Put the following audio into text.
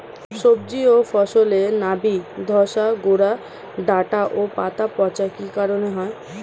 সবজি ও ফসলে নাবি ধসা গোরা ডাঁটা ও পাতা পচা কি কারণে হয়?